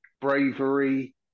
bravery